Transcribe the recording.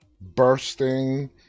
bursting